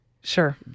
Sure